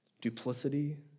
duplicity